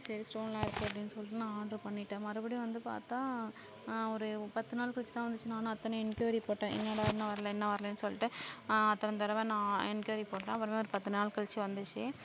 சரி ஸ்டோன்லாம் இருக்குது அப்படின்னு சொல்லிட்டு நான் ஆர்டரு பண்ணிட்டேன் மறுபடியும் வந்து பார்த்தா ஒரு பத்து நாள் கழிச்சுதான் வந்துச்சு நானும் அத்தனை என்க்வைரி போட்டேன் என்னடா இன்னும் வரலை இன்னும் வரலைன்னு சொல்லிட்டு அத்தனை தடவை நான் என்க்வைரி போட்டேன் அப்பு றமா ஒரு பத்துநாள் கழிச்சு வந்துச்சு